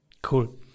Cool